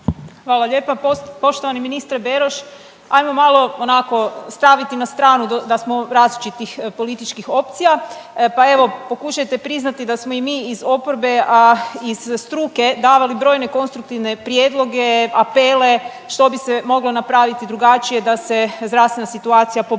Hvala lijepa. Poštovani ministre Beroš, ajmo malo onako staviti na stranu da smo različitih političkih opcija, pa evo pokušajte priznati da smo i mi iz oporbe, a iz struke davali brojne konstruktivne prijedloge, apele, što bi se moglo napraviti drugačije da se zdravstvena situacija poboljša.